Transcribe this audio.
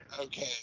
okay